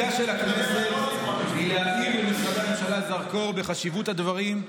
תפקידה של הכנסת הוא להפעיל למשרדי הממשלה זרקור על חשיבות הדברים,